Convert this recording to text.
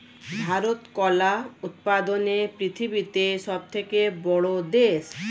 ভারত কলা উৎপাদনে পৃথিবীতে সবথেকে বড়ো দেশ